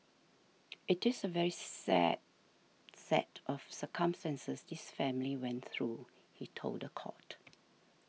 it is a very sad set of circumstances this family went through he told the court